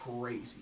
crazy